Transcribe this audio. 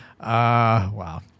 wow